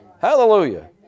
Hallelujah